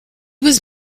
was